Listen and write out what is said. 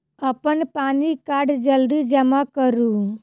अप्पन पानि कार्ड जल्दी जमा करू?